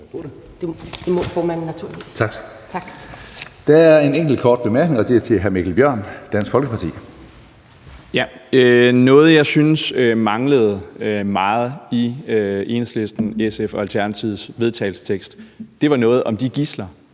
Det må formanden naturligvis. Tak). Tak. Der er en kort bemærkning, og det er til hr. Mikkel Bjørn, Dansk Folkeparti. Kl. 09:22 Mikkel Bjørn (DF): Noget, jeg synes manglede meget i Enhedslisten, SF og Alternativets vedtagelsestekst, var noget om de gidsler,